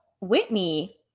Whitney